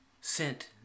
sent